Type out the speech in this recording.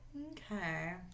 Okay